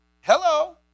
Hello